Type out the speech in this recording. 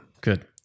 Good